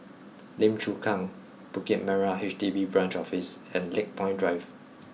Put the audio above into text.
Lim Chu Kang Bukit Merah H D B Branch Office and Lakepoint Drive